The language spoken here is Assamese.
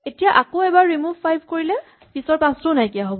এতিয়া আকৌ এবাৰ ৰিমোভ ফাইভ কৰিলে পিছৰ পাঁচটোও নাইকিয়া হ'ব